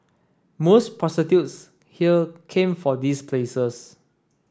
most prostitutes here came from these places